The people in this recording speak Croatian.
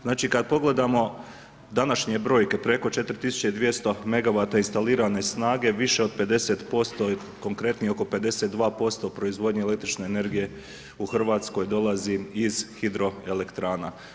Znači, kad pogledamo današnje brojke preko 4.200 megavata instalirane snage više od 50%, konkretnije oko 52% proizvodnje električne energije u Hrvatskoj dolazi iz hidroelektrana.